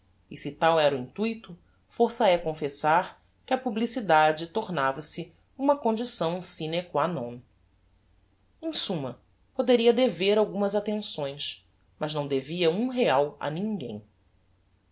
e se tal era o intuito força é confessar que a publicidade tornava-se uma condição sine qua non em summa poderia dever algumas attenções mas não devia um real a ninguem